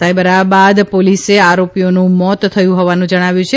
સાયબરાબાદ પોલીસે આરોપીઓનું મોત થયું હોવાનું જણાવ્યું છે